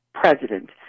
president